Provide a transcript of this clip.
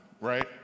right